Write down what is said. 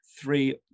three